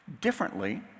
differently